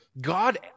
God